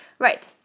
Right